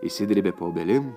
išsidrėbė po obelim